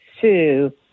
sue